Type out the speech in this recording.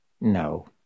No